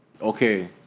okay